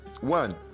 one